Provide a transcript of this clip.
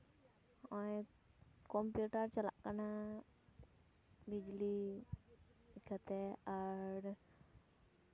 ᱱᱚᱜᱼᱚᱭ ᱠᱚᱢᱯᱤᱭᱩᱴᱟᱨ ᱪᱟᱞᱟᱜ ᱠᱟᱱᱟ ᱵᱤᱡᱽᱞᱤ ᱤᱱᱟᱹ ᱠᱟᱛᱮ ᱟᱨ